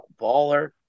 baller